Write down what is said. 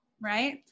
Right